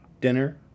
dinner